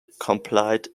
complied